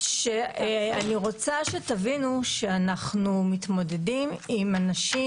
אני רוצה שתבינו שאנחנו מתמודדים עם אנשים